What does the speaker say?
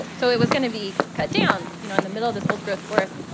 so it was going to be cut down, you know, in the middle of this old growth forest.